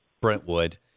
Brentwood